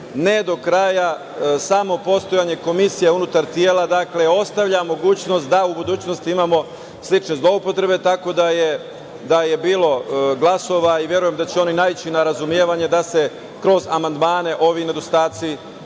ne do kraja. Samo postojanje komisija unutar tela ostavlja mogućnost da u budućnosti imamo slične zloupotrebe, tako da je bilo glasova i verujem da će oni naići na razumevanje da se kroz amandmane ovi nedostaci